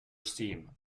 steam